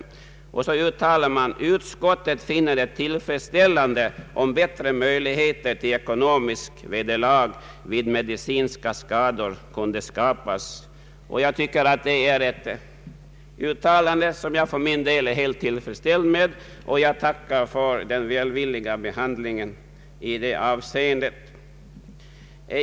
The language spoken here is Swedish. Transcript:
Utskottet uttalar vidare: ”Utskottet finner det tillfredsställande om bättre möjligheter till ekonomiskt vederlag vid medicinska skador kunde skapas.” Det är ett uttalande som jag är helt tillfredsställd med, och jag tackar för utskottets välvilliga behandling i det avseendet.